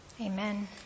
Amen